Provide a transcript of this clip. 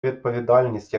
відповідальність